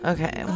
Okay